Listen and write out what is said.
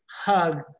hug